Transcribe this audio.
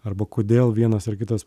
arba kodėl vienas ar kitas